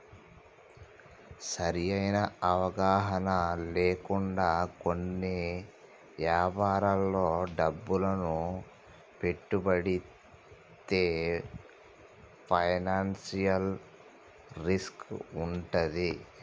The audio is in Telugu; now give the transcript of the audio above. సరైన అవగాహన లేకుండా కొన్ని యాపారాల్లో డబ్బును పెట్టుబడితే ఫైనాన్షియల్ రిస్క్ వుంటది